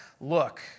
look